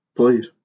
please